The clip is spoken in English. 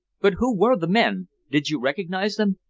but who were the men? did you recognize them?